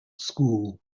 school